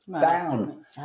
down